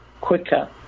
quicker